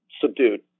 subdued